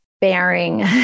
bearing